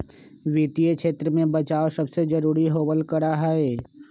वित्तीय क्षेत्र में बचाव सबसे जरूरी होबल करा हई